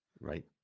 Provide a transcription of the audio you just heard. Right